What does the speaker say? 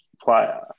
player